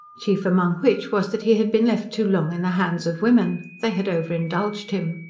chief among which was that he had been left too long in the hands of women. they had overindulged him.